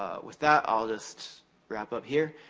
ah with that, i'll just wrap up here.